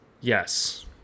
Yes